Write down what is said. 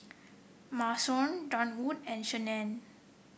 Marisol Durwood and Shannen